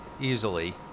easily